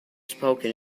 spoken